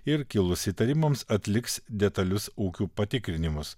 ir kilus įtarimams atliks detalius ūkių patikrinimus